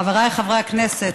חבריי חברי הכנסת,